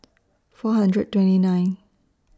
four hundred twenty nine